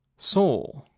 soul,